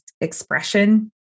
expression